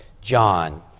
John